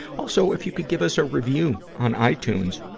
also, if you could give us a review on itunes,